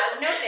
No